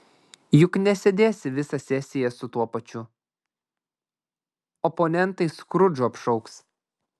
juk nesėdėsi visą sesiją su tuo pačiu oponentai skrudžu apšauks